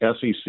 SEC